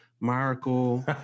miracle